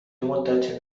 مدتی